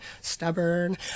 stubborn